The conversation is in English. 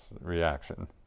reaction